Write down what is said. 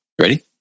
Ready